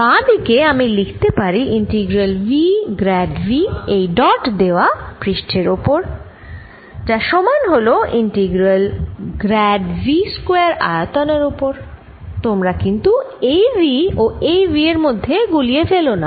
বাঁ দিকে আমি লিখতে পারি ইন্টিগ্রাল V গ্র্যাড Vএই ডট দেওয়া পৃষ্ঠের ওপর সমান হল ইন্টিগ্রাল গ্র্যাড V স্কয়ার আয়তনের ওপর তোমরা কিন্তু এই V ও এই V এর মধ্যে গুলিয়ে ফেল না